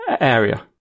area